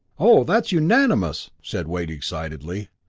oh, that's unanimous! said wade, excitedly.